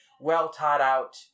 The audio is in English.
well-taught-out